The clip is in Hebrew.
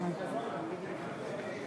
חברות וחברי